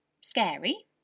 scary